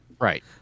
right